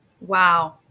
Wow